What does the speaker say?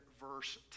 verse